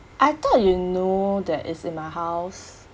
I thought you know that it's in my house